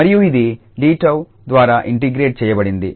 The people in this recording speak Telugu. మరియు ఇది 𝑑𝜏 ద్వారాఇంటిగ్రేట్ చేయబడింది